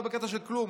לא בקטע של כלום,